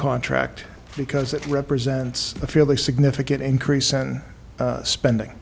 contract because it represents a fairly significant increase in spending